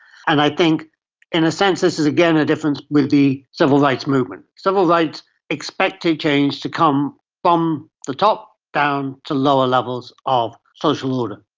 and i think in a sense this is again a difference with the civil rights movement. civil rights expected change to come from the top down to lower levels of social order.